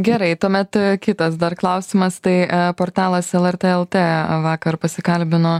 gerai tuomet kitas dar klausimas tai portalas lrt lt vakar pasikalbino